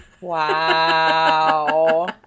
Wow